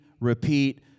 repeat